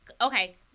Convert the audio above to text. okay